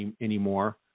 anymore